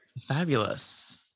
Fabulous